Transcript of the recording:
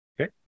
Okay